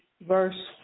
Verse